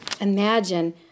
imagine